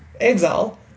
exile